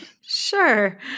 sure